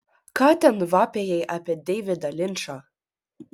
ką ten vapėjai apie deividą linčą